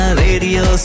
radio